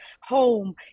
home